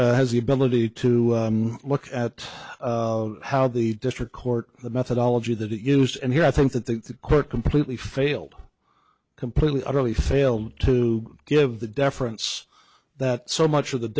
court has the ability to look at how the district court the methodology that it used and here i think that the court completely failed completely utterly failed to give the deference that so much of the